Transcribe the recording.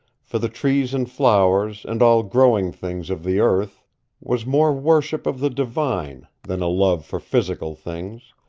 for the trees and flowers and all growing things of the earth was more worship of the divine than a love for physical things,